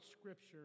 Scripture